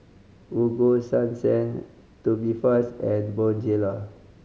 Ego Sunsense Tubifast and Bonjela